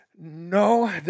No